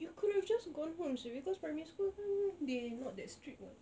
you could've just gone home sia because primary school kan they not that strict [what]